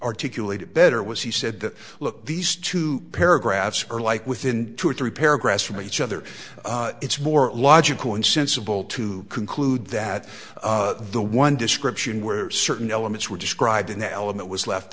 articulate it better was he said that look these two paragraphs are like within two or three paragraphs from each other it's more logical and sensible to conclude that the one description where certain elements were described an element was left